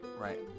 Right